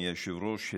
אדוני היושב-ראש,